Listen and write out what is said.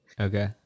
okay